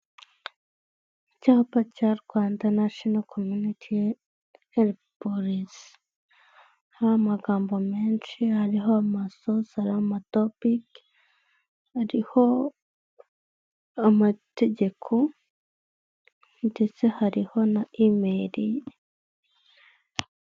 Icyapa cya Rwanda national community health policy haramagambo menshi ariho ma sarama topic hariho amategeko ndetse hariho na email.